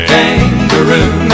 Kangaroo